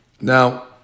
Now